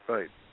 Right